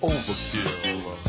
Overkill